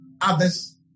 Others